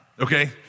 okay